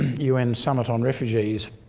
un summit on refugees